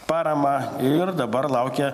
paramą ir dabar laukia